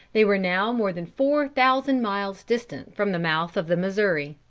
they were now more than four thousand miles distant from the mouth of the missouri.